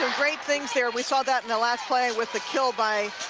great things there we saw that in the last play with the kill by